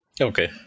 Okay